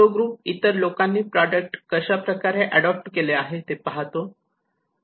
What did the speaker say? तो ग्रुप इतर लोकांनी प्रॉडक्ट कशा प्रकारे ऍडॉप्ट केले आहे ते पाहतो